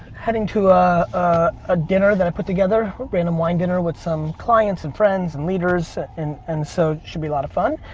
heading to a ah dinner that i put together. random wine dinner with some clients and friends and leaders and and so, should be a lot of fun.